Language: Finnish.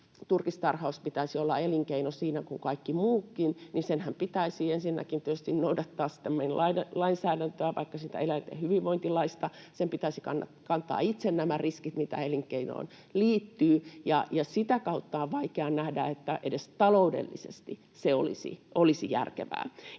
turkistarhauksen pitäisi olla elinkeino siinä kuin kaikkien muidenkin, niin senhän pitäisi ensinnäkin tietysti noudattaa meidän lainsäädäntöä, vaikkapa eläinten hyvinvointilakia, ja sen pitäisi myös kantaa itse nämä riskit, mitä elinkeinoon liittyy, ja sitä kautta on vaikea nähdä, että edes taloudellisesti se olisi järkevää.